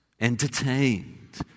entertained